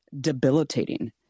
debilitating